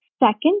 Second